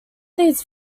these